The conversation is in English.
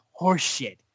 horseshit